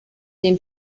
dem